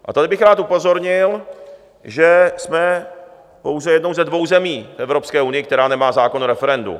A tady bych rád upozornil, že jsme pouze jednou ze dvou zemí Evropské unie, která nemá zákon o referendu.